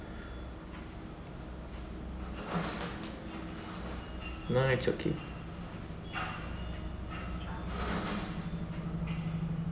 nah it's okay